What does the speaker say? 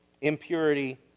impurity